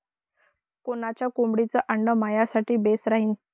कोनच्या कोंबडीचं आंडे मायासाठी बेस राहीन?